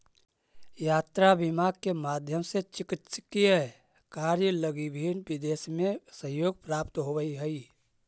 यात्रा बीमा के माध्यम से चिकित्सकीय कार्य लगी भी विदेश में सहयोग प्राप्त होवऽ हइ